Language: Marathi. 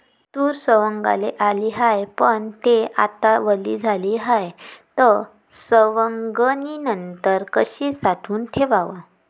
तूर सवंगाले आली हाये, पन थे आता वली झाली हाये, त सवंगनीनंतर कशी साठवून ठेवाव?